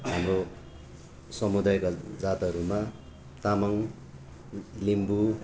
हाम्रो समुदायगत जातहरूमा तामाङ लिम्बू